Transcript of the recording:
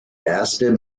erste